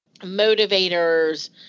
motivators